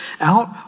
out